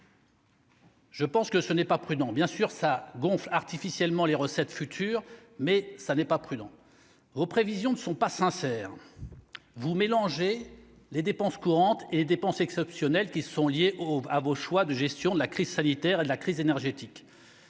Je pense que ce n'est pas prudent, bien sûr, ça gonfle artificiellement les recettes futures mais ça n'est pas prudent aux prévisions ne sont pas sincères, vous mélangez les dépenses courantes et dépenses exceptionnelles qui sont liées à vos choix de gestion de la crise sanitaire et de la crise énergétique.